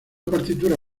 partitura